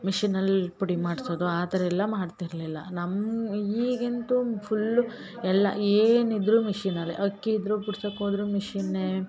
ಮಿಷಿನಲ್ಲಿ ಪುಡಿ ಮಾಡಿಸೋದು ಆ ಥರ ಎಲ್ಲ ಮಾಡ್ತಿರಲಿಲ್ಲ ನಮ್ಮ ಈಗಂತೂ ಫುಲ್ಲು ಎಲ್ಲ ಏನಿದ್ದರೂ ಮಿಷಿನಲ್ಲೇ ಅಕ್ಕಿ ಇದ್ದರೂ ಕುಟ್ಸಕ್ಕೆ ಹೋದ್ರು ಮಿಷಿನ್ನೇ